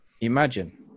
imagine